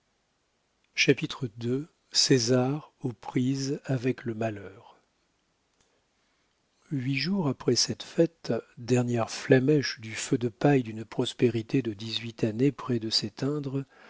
sot ii césar aux prises avec le malheur huit jours après cette fête dernière flammèche du feu de paille d'une prospérité de dix-huit années près de s'éteindre